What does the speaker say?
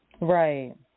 Right